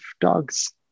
dogs